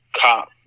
cop